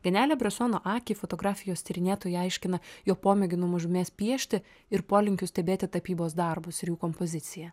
genialią bresono akį fotografijos tyrinėtojai aiškina jo pomėgiu nuo mažumės piešti ir polinkiu stebėti tapybos darbus ir jų kompoziciją